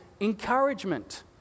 encouragement